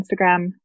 instagram